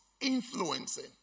influencing